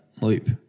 loop